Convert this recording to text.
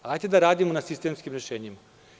Hajde da radimo na sistemskim rešenjima.